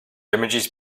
images